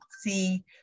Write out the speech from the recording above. see